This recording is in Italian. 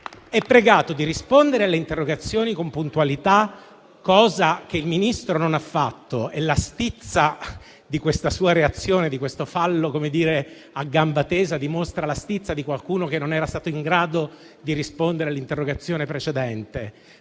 è pregato di rispondere alle interrogazioni con puntualità, cosa che il Ministro non ha fatto. La stizza di questa sua reazione, di questo fallo a gamba tesa, dimostra la posizione di qualcuno che non era stato in grado di rispondere all'interrogazione precedente.